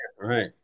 Right